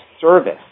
service